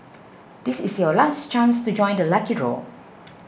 this is your last chance to join the lucky draw